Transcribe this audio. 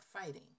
fighting